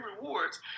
rewards